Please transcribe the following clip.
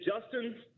Justin